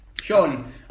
Sean